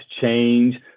change